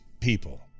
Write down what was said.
people